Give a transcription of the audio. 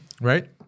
right